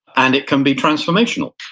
and it can be transformational.